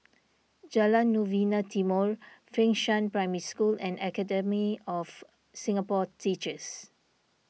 Jalan Novena Timor Fengshan Primary School and Academy of Singapore Teachers